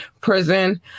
prison